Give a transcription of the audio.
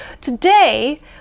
today